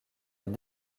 les